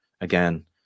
again